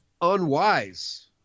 unwise